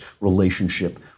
relationship